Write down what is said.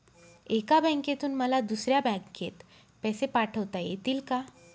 एका बँकेतून मला दुसऱ्या बँकेत पैसे पाठवता येतील का?